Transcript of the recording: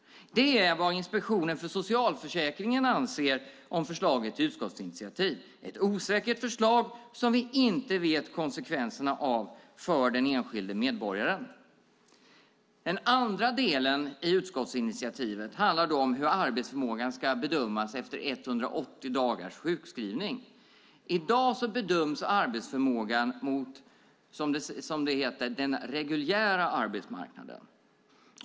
Det är vad Inspektionen för socialförsäkringen anser om förslaget till utskottsinitiativ, ett förslag som vi inte vet konsekvenserna av för den enskilde medborgaren. Den andra delen i utskottsinitiativet handlar om hur arbetsförmågan ska bedömas efter 180 dagars sjukskrivning. I dag bedöms arbetsförmågan mot, som det heter, den reguljära arbetsmarknaden.